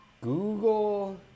Google